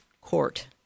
court